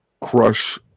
crush